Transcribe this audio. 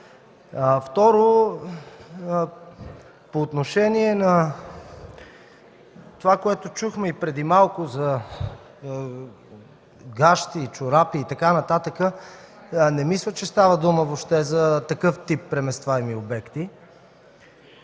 Второ, по отношение на това, което чухме и преди малко за гащи, чорапи и така нататък. Не мисля, че става дума въобще за такъв тип преместваеми обекти.